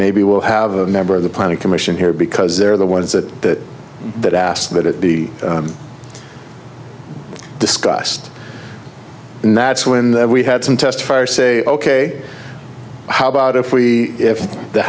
maybe we'll have a member of the planning commission here because they're the ones that that asked that it be discussed and that's when we had some testify or say ok how about if we if the